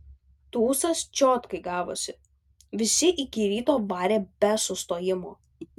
tūsas čiotkai gavosi visi iki ryto varė be sustojimo